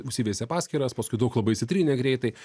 užsiveisė paskyras paskui daug labai išsitrynė greitai